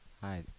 Hi